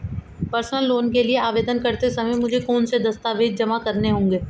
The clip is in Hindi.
पर्सनल लोन के लिए आवेदन करते समय मुझे कौन से दस्तावेज़ जमा करने होंगे?